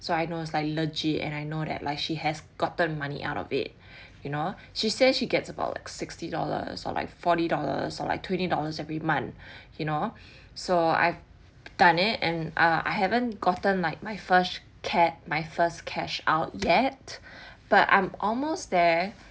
so I know is like legit and I know that like she has gotten money out of it you know she says she gets about like sixty dollars or like fourty dollars or like twenty dollars every month you know so I done it and uh I haven't gotten like my first cash my first cash out yet but I'm almost there